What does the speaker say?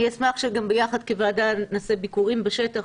אני אשמח שגם ביחד כוועדה נעשה ביקורים בשטח,